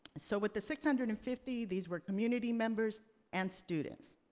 so with the six hundred and fifty, these were community members and students.